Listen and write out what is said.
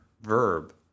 verb